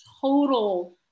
total